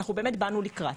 אנחנו באמת באנו לקראת,